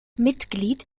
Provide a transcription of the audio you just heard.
mitglied